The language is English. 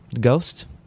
Ghost